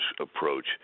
approach